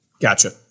Gotcha